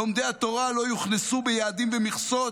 לומדי התורה לא יוכנסו ביעדים ומכסות.